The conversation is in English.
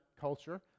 culture